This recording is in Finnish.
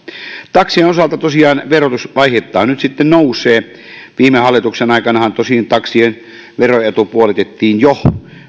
taksien osalta tosiaan verotus vaiheittain nyt sitten nousee viime hallituksen aikanahan tosin taksien veroetu puolitettiin jo